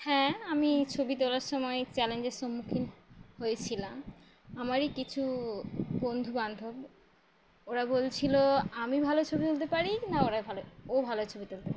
হ্যাঁ আমি ছবি তোলার সময় চ্যালেঞ্জের সম্মুখীন হয়েছিলাম আমারই কিছু বন্ধু বান্ধব ওরা বলছিলো আমি ভালো ছবি তুলতে পারি না ওরা ভালো ও ভালো ছবি তুলতে পারি